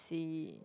see